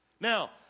Now